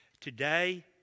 Today